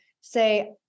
say